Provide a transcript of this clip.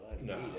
no